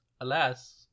Alas